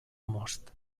most